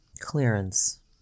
clearance